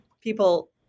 people